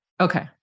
Okay